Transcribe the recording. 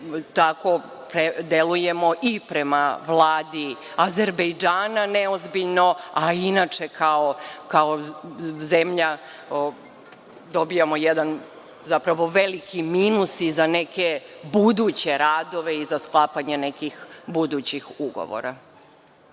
tako delujemo i prema Vladi Azerbejdžana neozbiljno, a inače kao zemlja dobijamo jedan veliki minus i za neke buduće radove i za sklapanje nekih budućih ugovora.